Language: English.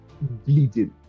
bleeding